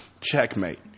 checkmate